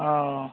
ओ